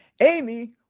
Amy